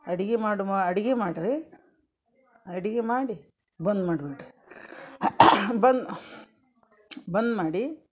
ಅಡಿಗೆ ಮಾಡುಮ ಅಡ್ಗೆ ಮಾಡಿರಿ ಅಡ್ಗೆ ಮಾಡಿ ಬಂದ್ ಮಾಡಿ ಬಿಡಿರಿ ಬನ್ ಬಂದ್ ಮಾಡಿ